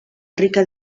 rica